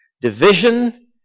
division